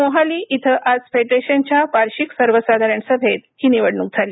मोहाली इथं आज फेडरेशनच्या वार्षिक सर्वसाधारण सभेत ही निवडणुक झाली